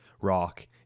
rock